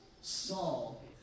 Saul